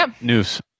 News